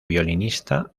violinista